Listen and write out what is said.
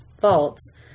faults